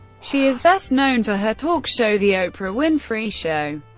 she is best known for her talk show the oprah winfrey show,